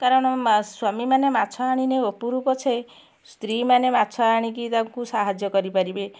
କାରଣ ସ୍ବାମୀ ମାନେ ମାଛ ଆଣିଲେ ଉପରୁ ପଛେ ସ୍ତ୍ରୀ ମାନେ ମାଛ ଆଣିକି ତାଙ୍କୁ ସାହାଯ୍ୟ କରିପାରିବେ